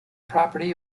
property